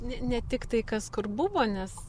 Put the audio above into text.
ne ne tiktai kas kur buvo nes